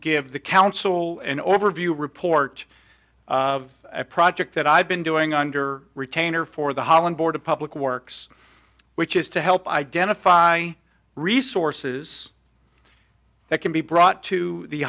give the council an overview report of a project that i've been doing under retainer for the holland board of public works which is to help identify resources that can be brought to the